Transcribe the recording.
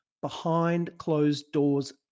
behind-closed-doors